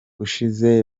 ushize